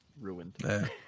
Ruined